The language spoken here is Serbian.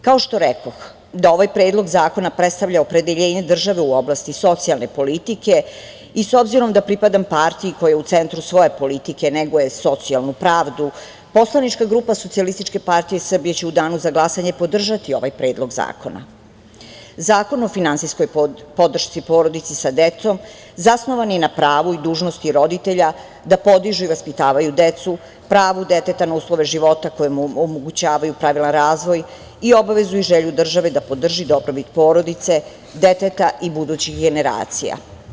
Kao što rekoh, ovaj Predlog zakona predstavlja opredeljenje države u oblasti socijalne politike i s obzirom da pripadam partiji koja u centru svoje politike neguje socijalnu pravdu poslanička grupa SPS će u danu za glasanje podržati ovaj Predlog zakona, Zakon o finansijskoj podršci porodice sa decom zasnovan je na pravu i na dužnosti roditelja, da podižu i vaspitavaju decu, pravo deteta na uslove života koje mu omogućavaju pravilan razvoj i obavezu i želju države da podrži dobrobit porodice deteta i budućih generacija.